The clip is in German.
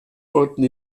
wurden